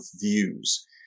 views